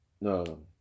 no